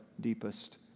deepest